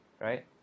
right